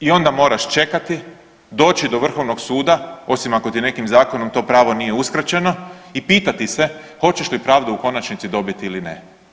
I onda moraš čekati, doći do Vrhovnog suda, osim ako ti nekim zakonom to pravo nije uskraćeno, i pitati se hoćeš li pravdu u konačnici dobiti ili ne.